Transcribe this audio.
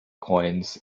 coins